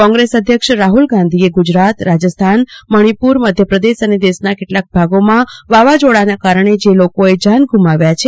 કોંગ્રેસ અધ્યક્ષ રાહુલ ગાંધીએ ગુજરાત રાજસ્થાન મણિપુર મધ્યપ્રદેશ અને દેશના કેટલાક ભાગોમાં વાવાઝોડાને કારણે જે લોકોએ જાન ગુમાવ્યા છે